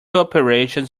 operations